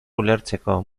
ulertzeko